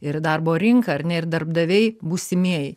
ir darbo rinka ar ne ir darbdaviai būsimieji